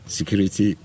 Security